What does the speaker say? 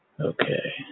Okay